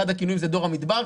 אחד הכינויים הוא דור המדבר.